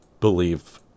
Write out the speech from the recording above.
believe